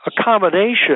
accommodation